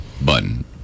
button